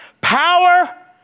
power